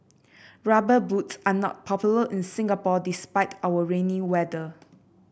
rubber boots are not popular in Singapore despite our rainy weather